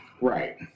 Right